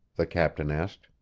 the captain asked.